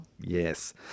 Yes